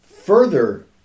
Further